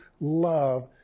love